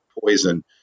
poison